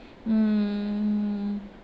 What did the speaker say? mm